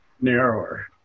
narrower